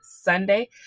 Sunday